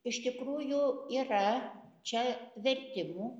iš tikrųjų yra čia vertimų